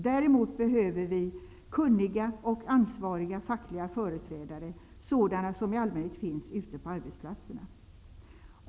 Däremot behöver vi kunniga och ansvariga fackliga företrädare, sådana som i allmänhet finns ute på arbetsplatserna.